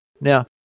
Now